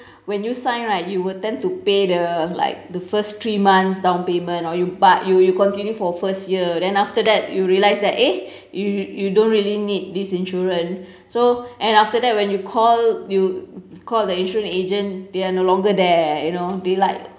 when you sign right you will tend to pay the like the first three months downpayment or you but you you continue for first year then after that you realise that eh you you don't really need this insurance so and after that when you call you call the insurance agent they are no longer there you know they like